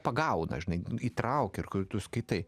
pagauna žinai įtraukia ir kur tu skaitai